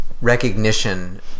recognition